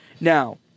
Now